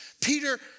Peter